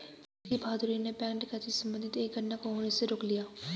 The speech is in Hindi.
नीरज की बहादूरी ने बैंक डकैती से संबंधित एक घटना को होने से रोक लिया